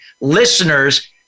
listeners